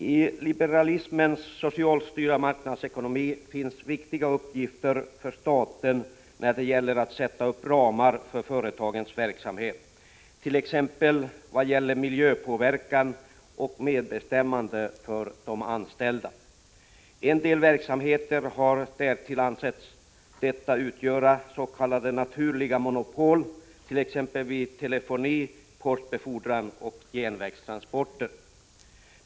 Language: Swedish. I liberalismens socialt styrda marknadsekonomi finns viktiga uppgifter för staten när det gäller att sätta upp ramar för företagens verksamhet, t.ex. vad gäller miljöpåverkan och medbestämmande för de anställda. En del verksamheter har därtill ansetts utgöra s.k. naturliga monopol, t.ex. telefoni, postbefordran och järnvägstransporter.